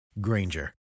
Granger